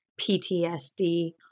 PTSD